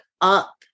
up